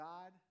God